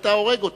היית הורג אותי.